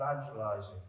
evangelizing